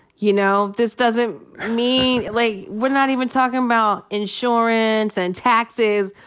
you know? this doesn't mean like, we're not even talkin' about insurance and taxes.